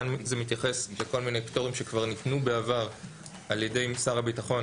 כאן זה מתייחס לכל מיני פטורים שכבר ניתנו בעבר על ידי שר הביטחון